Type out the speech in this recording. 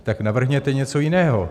Tak navrhněte něco jiného.